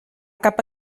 cap